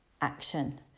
action